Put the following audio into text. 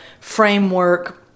framework